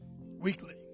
weekly